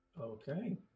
Okay